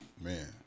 Man